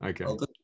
Okay